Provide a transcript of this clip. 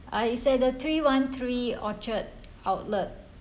uh is at the three one three orchard outlet